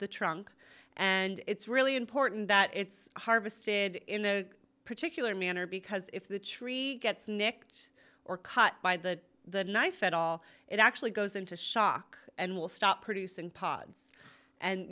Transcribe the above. the trunk and it's really important that it's harvested in the particular manner because if the tree gets nicked or cut by the the knife at all it actually goes into shock and will stop producing pods and